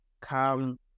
come